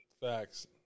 Facts